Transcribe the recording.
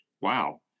wow